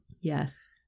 Yes